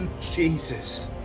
Jesus